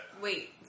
wait